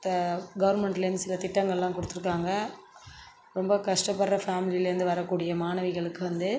த கவர்ன்மெண்ட்லேருந்து சில திட்டங்கள்லாம் கொடுத்துருக்காங்க ரொம்ப கஷ்டப்படற ஃபேமிலிலேருந்து வரக்கூடிய மாணவிகளுக்கு வந்து